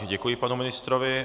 Děkuji panu ministrovi.